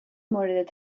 مورد